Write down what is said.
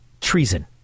treason